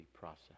process